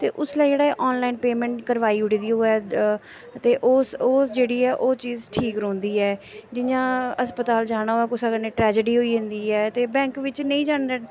ते उसलै जेह्ड़ा ऐ एह् आनलाइन पेमेंट करवाई ओड़ी दी होऐ ते ओह् ओह् जेह्ड़ी ऐ ओह् चीज ठीक रौंह्दी ऐ जियां अस्पताल जाना होए कुसा कन्नै ट्रैजिडी होई जंदी ऐ ते बैंक बिच्च नेईं जाने दा